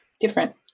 different